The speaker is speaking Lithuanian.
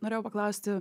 norėjau paklausti